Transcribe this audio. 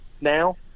now